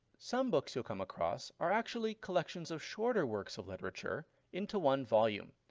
some books you'll come across are actually collections of shorter works of literature into one volume.